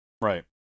right